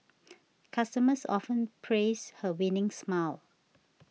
customers often praise her winning smile